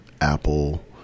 Apple